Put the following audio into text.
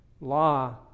Law